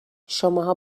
شماها